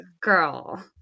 girl